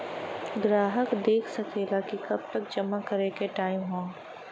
ग्राहक देख सकेला कि कब तक जमा करे के टाइम हौ